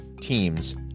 teams